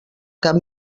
cap